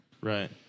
Right